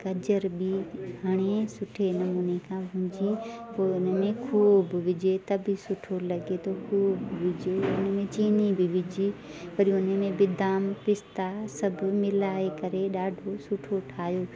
गजर ॿी एड़ी सुठी नमूने खां भुंजी पोइ उनमें खोवो बि विझे त बि सुठो लॻे तो खोवो बि विझु उन में चीनी बि विझ वरी उनमें बदाम पिस्ता सभु मिलाइ करे ॾाढो सुठो ठाहियो